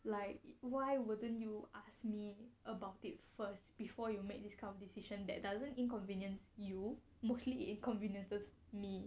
like why wouldn't you ask me about it first before you make this kind of decision that doesn't inconvenience you mostly inconveniences me